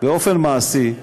באופן מעשי,